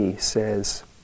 says